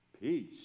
Peace